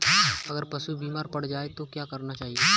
अगर पशु बीमार पड़ जाय तो क्या करना चाहिए?